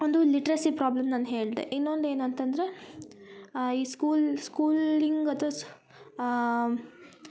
ಒಂದು literacy problem ನಾನು ಹೇಳದೇ ಇನ್ನೊಂದು ಏನಂತಂದರೆ ಈ ಸ್ಕೂಲ್ ಸ್ಕೂಲಿಂಗ್ ಅಥ್ವ